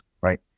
right